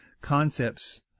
concepts